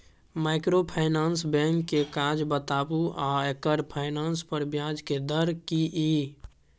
Microfinance bank के काज बताबू आ एकर फाइनेंस पर ब्याज के दर की इ?